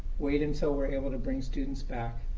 wait until we're able to bring students back,